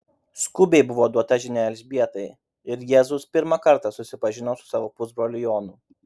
skubiai buvo duota žinia elzbietai ir jėzus pirmą kartą susipažino su savo pusbroliu jonu